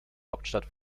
hauptstadt